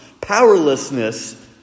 powerlessness